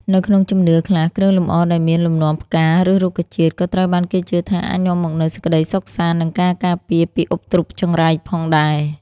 នៅក្នុងជំនឿខ្លះ គ្រឿងលម្អដែលមានលំនាំផ្កា ឬរុក្ខជាតិ ក៏ត្រូវបានគេជឿថាអាចនាំមកនូវ សេចក្តីសុខសាន្ត និងការការពារ ពីឧបទ្រពចង្រៃផងដែរ។